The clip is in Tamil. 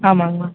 ஆமாங்கம்மா